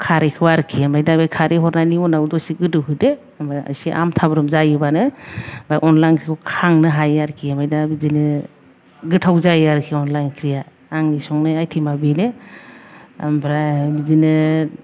खारैखौ आरोखि ओमफ्राय दा बे खारै हरनायनि उनाव दसे गोदौहोदो ओमफ्राय एसे आमथाब्रब जायोबानो ओमफ्राय अनला ओंख्रिखौ खांनो हायो आरोखि ओमफ्राय दा बिदिनो गोथाव जायो आरोखि अनला ओंख्रिया आंनि संनाय आइतेमा बेनो ओमफ्राय बिदिनो